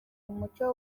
umuco